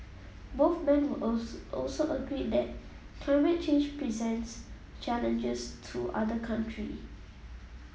both men also agreed that climate change presents challenges to other country